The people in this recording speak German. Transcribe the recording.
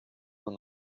man